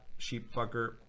sheepfucker